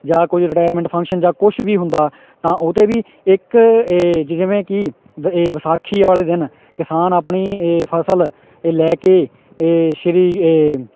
ਜਾ ਕੋਈ retirement function ਜਾਂ ਕੁਛ ਵੀ ਹੁੰਦਾ ਤਾਂ ਉਹ 'ਤੇ ਵੀ ਇੱਕ ਜਿਵੇਂ ਕਿ ਵਿਸਾਖੀ ਵਾਲੇ ਦਿਨ ਕਿਸਾਨ ਆਪਣੀ ਇਹ ਫ਼ਸਲ ਲੈ ਕੇ ਇਹ ਸ਼੍ਰੀ ਇਹ